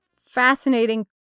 fascinating